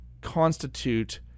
constitute